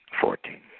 fourteen